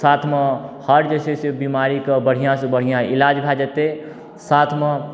साथमे हर जे छै से बिमारीके बढ़िआँसँ बढ़िआँ इलाज भए जेतै साथमे